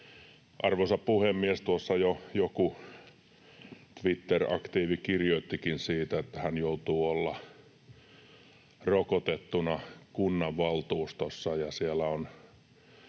Arvoisa puhemies! Tuossa jo joku Twitter-aktiivi kirjoittikin, että hän joutuu olemaan rokotettuna kunnanvaltuustossa